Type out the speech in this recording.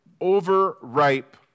overripe